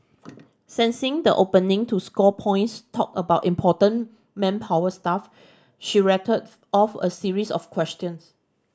sensing the opening to score points talk about important manpower stuff she rattled off a series of questions